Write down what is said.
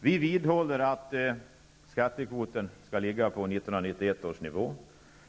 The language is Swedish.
Vi vidhåller att skattekvoten skall ligga på 1991 års nivå.